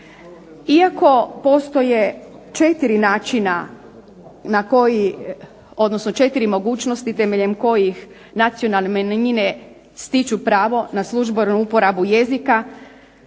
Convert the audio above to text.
Iako postoje 4 načina na koji odnosno 4 mogućnosti temeljem kojih nacionalne manjine stiču pravo na službenu uporabu jezika,